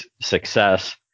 success